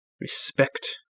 respect